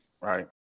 right